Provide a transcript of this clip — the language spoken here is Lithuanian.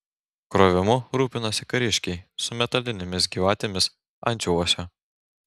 krovimu rūpinosi kariškiai su metalinėmis gyvatėmis antsiuvuose